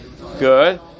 Good